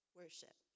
worship